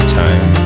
time